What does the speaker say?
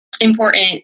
important